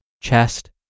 chest